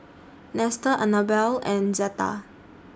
Nestor Anabel and Zetta